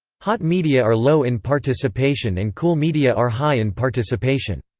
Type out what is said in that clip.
hot media are low in participation and cool media are high in participation.